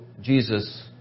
Jesus